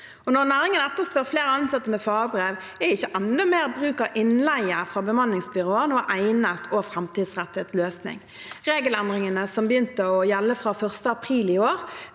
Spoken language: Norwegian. Når næringen etterspør flere ansatte med fagbrev, er ikke enda mer bruk av innleie fra bemanningsbyråer noen egnet og framtidsrettet løsning. Regelendringene som begynte å gjelde fra l. april i år,